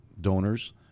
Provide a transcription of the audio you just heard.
donors